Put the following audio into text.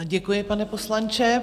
Děkuji, pane poslanče.